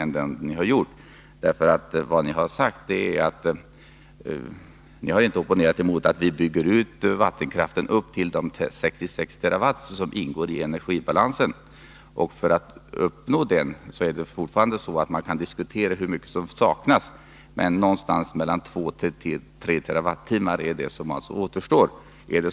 Ni har inte opponerat er mot att vi bygger ut vattenkraften upp till de 66 TWh som ingår i energibalansen. Man kan diskutera hur mycket som saknas, men någonting mellan två och tre TWh återstår.